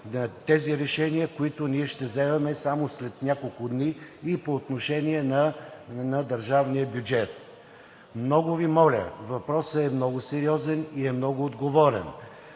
решенията, които ще вземем само след няколко дни и по отношение на държавния бюджет. Много Ви моля, въпросът е много сериозен и е много отговорен.